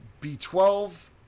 B12